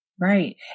Right